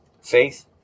faith